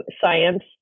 science